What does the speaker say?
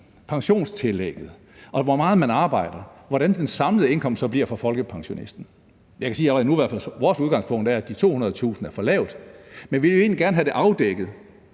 pensionstillægget, og hvor meget man arbejder, så man kan se, hvad den samlede indkomst bliver for folkepensionisten. Jeg kan allerede nu sige, at vores udgangspunkt i hvert fald er, at de 200.000 er for lavt. Men vi vil egentlig gerne have det afdækket,